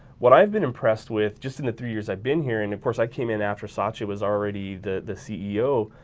what i've been impressed with just in the three years i've been here and of course i came in after satya was already the ceo.